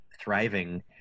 thriving